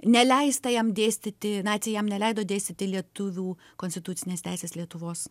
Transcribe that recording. neleista jam dėstyti naciai jam neleido dėstyti lietuvių konstitucinės teisės lietuvos